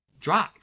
drive